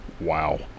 Wow